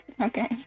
Okay